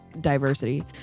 Diversity